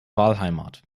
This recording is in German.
wahlheimat